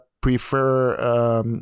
prefer